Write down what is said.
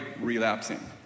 relapsing